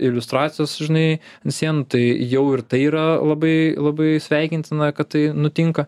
iliustracijos žinai visvien tai jau ir tai yra labai labai sveikintina kad tai nutinka